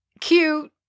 cute